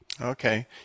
Okay